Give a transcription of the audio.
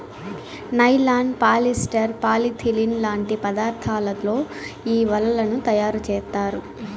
nylon, polyester, polyethylene లాంటి పదార్థాలతో ఈ వలలను తయారుచేత్తారు